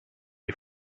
dei